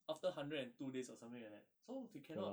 after hundred and two days or something like that so they cannot